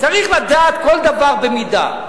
צריך לדעת כל דבר במידה.